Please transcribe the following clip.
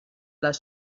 les